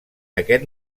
aquest